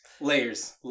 Layers